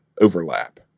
overlap